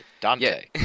Dante